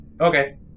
Okay